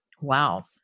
Wow